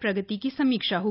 प्रगति की समीक्षा होगी